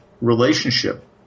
relationship